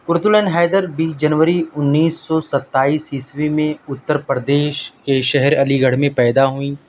قرۃ العین حیدر بیس جنوری انیس سو ستائیس عیسوی میں اترپردیش کے شہر علی گڑھ میں پیدا ہوئیں